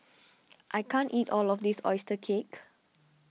I can't eat all of this Oyster Cake